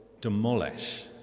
demolish